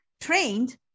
trained